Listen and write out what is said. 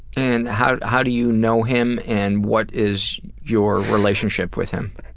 and how how do you know him and what is your relationship with him?